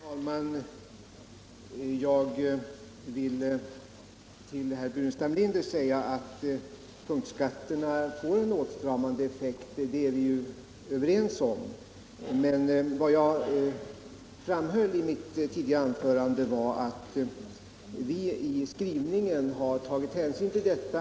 Herr talman! Jag vill till herr Burenstam Linder säga att punktskatterna får en åtstramande effekt. Det är vi överens om. Men vad jag framhöll i mitt tidigare anförande var att vi i skrivningen har tagit hänsyn till detta.